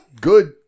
good